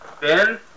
Ben